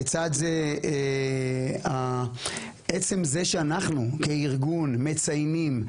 לצד זה, עצם זה שאנחנו, כארגון, מציינים,